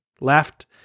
left –